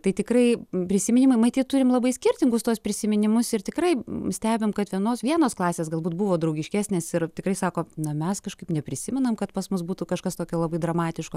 tai tikrai prisiminimai matyt turim labai skirtingus tuos prisiminimus ir tikrai stebim kad vienos vienos klasės galbūt buvo draugiškesnės ir tikrai sako na mes kažkaip neprisimenam kad pas mus būtų kažkas tokio labai dramatiško